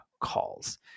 calls